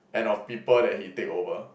and of people that he take over